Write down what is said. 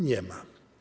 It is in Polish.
Nie ma.